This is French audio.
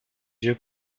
yeux